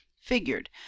figured